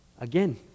again